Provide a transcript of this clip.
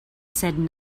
said